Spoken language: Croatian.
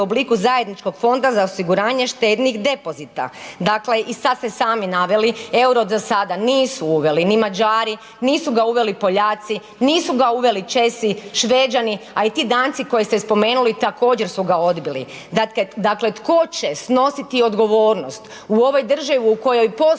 u obliku zajedničkog fonda za osiguranje štednih depozita. Dakle, i sad ste sami naveli EUR-o za sada nisu uveli ni Mađari, nisu ga uveli Poljaci, nisu ga uveli Česi, Šveđani, a i ti Danci koje ste spomenuli također su ga odbili. Dakle, tko će snositi odgovornost u ovoj državi u kojoj poslovično